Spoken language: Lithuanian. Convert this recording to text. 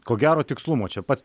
ko gero tikslumo čia pats